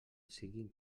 siguin